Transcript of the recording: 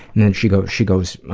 and then she goes she goes